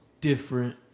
different